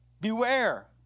Beware